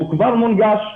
הוא כבר מונגש,